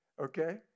Okay